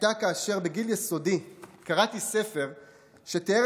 הייתה כאשר בגיל יסודי קראתי ספר שתיאר